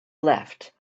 left